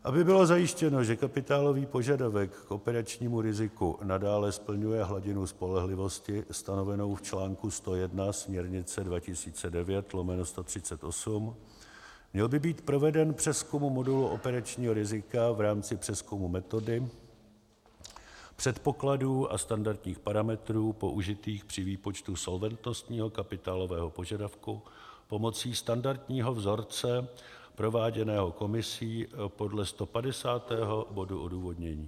Aby bylo zajištěno, že kapitálový požadavek k operačnímu riziku nadále splňuje hladinu spolehlivosti, stanovenou v článku 101 směrnice 2009/138, měl by být proveden přezkum modulu operačního rizika v rámci přezkumu metody, předpokladů a standardních parametrů použitých při výpočtu solventnostního kapitálového požadavku pomocí standardního vzorce prováděného Komisí podle 150. bodu odůvodnění.